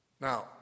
Now